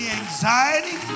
anxiety